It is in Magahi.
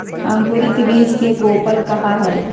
अंकुरित बीज के कोपल कहा हई